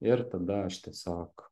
ir tada aš tiesiog